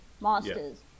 master's